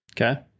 Okay